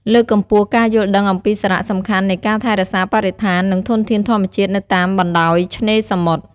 លើកកម្ពស់ការយល់ដឹងអំពីសារៈសំខាន់នៃការថែរក្សាបរិស្ថាន និងធនធានធម្មជាតិនៅតាមបណ្ដោយឆ្នេរសមុទ្រ។